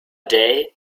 day